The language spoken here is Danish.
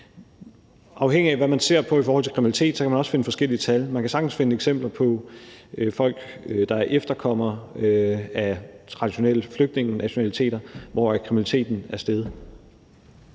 Afhængigt af hvordan man ser på det i forhold til kriminalitet, kan man også finde forskellige tal. Man kan sagtens finde eksempler på folk, der er efterkommere af personer med traditionelle flygtningenationaliteter, hvor kriminaliteten er steget.